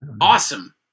Awesome